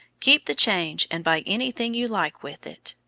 keep the change, and buy anything you like with it.